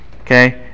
Okay